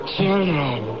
Children